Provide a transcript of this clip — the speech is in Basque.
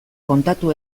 kontatu